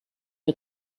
her